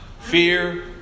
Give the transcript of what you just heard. fear